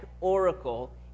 oracle